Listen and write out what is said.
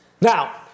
Now